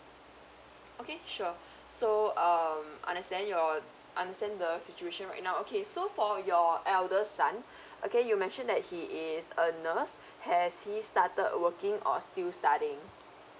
okay sure so um understand your understand the situation right now okay so for your eldest son okay you mentioned that he is a nurse has he started working or still studying